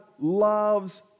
loves